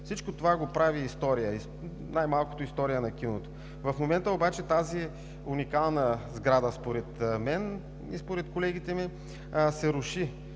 Всичко това го прави най-малкото история на киното. В момента обаче тази уникална сграда, според мен и колегите ми, се руши,